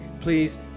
Please